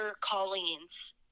Colleen's